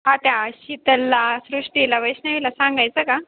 हा त्या शीतलला सृष्टीला वैष्णवीला सांगायचं का